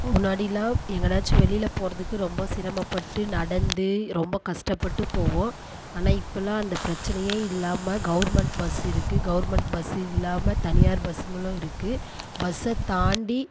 முன்னாடிலாம் எங்கேனாச்சும் வெளியில் போகிறதுக்கு ரொம்ப சிரமப்பட்டு நடந்து ரொம்ப கஷ்டப்பட்டு போவோம் ஆனால் இப்போல்லாம் அந்த பிரச்சனையே இல்லாமல் கவர்மெண்ட் பஸ்ஸு இருக்குது கவர்மெண்ட் பஸ்ஸு இல்லாமல் தனியார் பஸ்ஸுங்களும் இருக்குது பஸ்ஸை தாண்டி